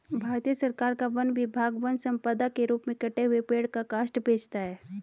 भारत सरकार का वन विभाग वन सम्पदा के रूप में कटे हुए पेड़ का काष्ठ बेचता है